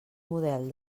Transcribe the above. model